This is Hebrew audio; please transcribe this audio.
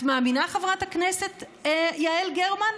את מאמינה, חברת הכנסת יעל גרמן?